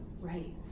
Right